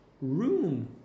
room